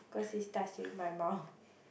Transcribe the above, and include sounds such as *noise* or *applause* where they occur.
cause he's touching my mouth *breath*